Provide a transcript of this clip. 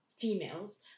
females